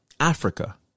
Africa